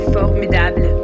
formidable